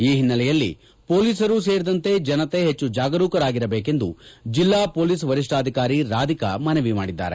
ಈ ಹಿನ್ನೆಲೆಯಲ್ಲಿ ಪೋಲಿಸರು ಸೇರಿದಂತೆ ಜನತೆ ಪೆಚ್ಚು ಜಾಗರೂಕರಾಗಿರಬೇಕೆಂದು ಜಿಲ್ಲಾ ಮೋಲಿಸ್ ವರಿಷ್ಠಾಧಿಕಾರಿ ರಾಧಿಕಾ ಮನವಿ ಮಾಡಿದ್ದಾರೆ